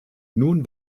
nun